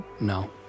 No